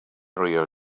real